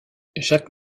jacques